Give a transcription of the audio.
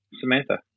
Samantha